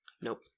Nope